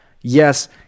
yes